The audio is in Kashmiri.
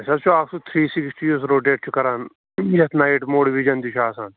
اَسہِ حظ چھُ اکھ سُہ تھرٛی سِکِسٹی یُس روٹیٹ چھُ کَران یَتھ نایِٹ موڈ وِجَن تہِ چھُ آسان